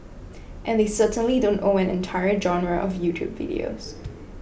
and they certainly don't own an entire genre of YouTube videos